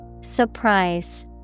Surprise